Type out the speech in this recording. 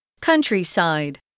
Countryside